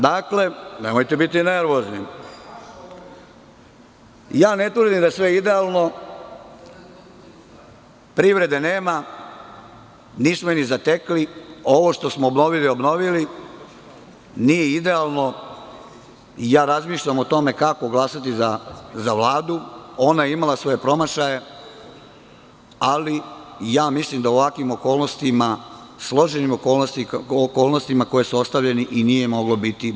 Dakle, nemojte biti nervozni, ja ne tvrdim da je sve idealno, privrede nema, nismo je ni zatekli, ovo što smo obnovili – obnovili, nije idealno i ja razmišljam o tome kako glasati za Vladu, ona je imala svoje promašaje, ali ja mislim da u ovakvim okolnostima, složenim okolnostima, koje su ostavljene i nije moglo biti bolje.